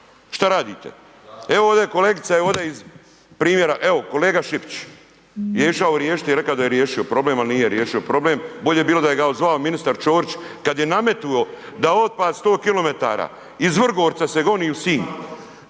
šta radite. Evo ovdje kolegica je ovdje iz primjera, evo kolega Šipić je išao riješiti i rekao je da je riješio problem ali nije riješio problem, bolje bi bilo da ga je zvao ministar Ćorić kada je nametnuo da otpad 10 km iz Vrgorca se goni u Sinj,